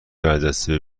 برجسته